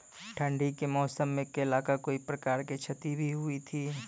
ठंडी के मौसम मे केला का कोई प्रकार के क्षति भी हुई थी?